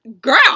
girl